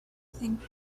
think